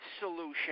solution